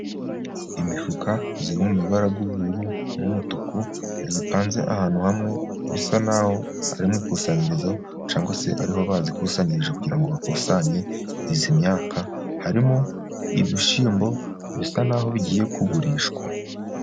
Imifuka iri mu mabara y'ubururu n'umutuku, zipanze ahantu hamwe bisa n'aho ari nk'ikusanyirizo, cyangwa se ariho bayikusanyirije, kugira ngo hakusanye iyi myaka, harimo ibishyimbo bisa n'aho' bigiye kugurishwa.